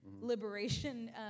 liberation